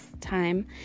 time